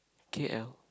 k_l